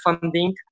funding